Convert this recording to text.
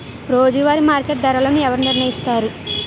రోజువారి మార్కెట్ ధరలను ఎవరు నిర్ణయిస్తారు?